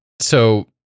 So-